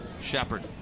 Shepard